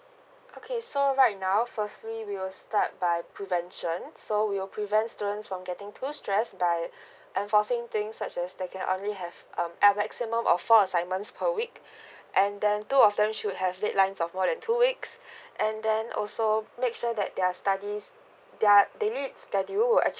okay so right now firstly we will start by prevention so we will prevent students from getting too stress like by enforcing things such as they can only have um at maximum of four assignments per week and then two of them should have deadlines of more than two weeks and then also make sure that their studies their daily red schedule will actually